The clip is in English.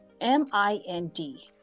m-i-n-d